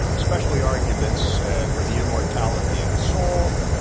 especially arguments for the immortality of the soul.